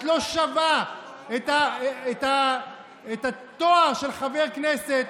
את לא שווה את התואר של חבר כנסת.